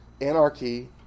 Anarchy